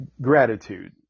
gratitude